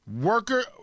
Worker